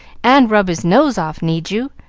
and rub his nose off, need you?